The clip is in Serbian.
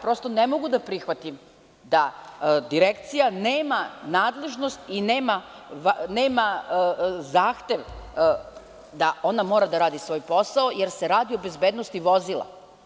Prosto ne mogu da prihvatim da Direkcija nema nadležnost i nema zahtev da ona mora da radi svoj posao, jer se radi o bezbednosti vozila.